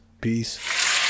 peace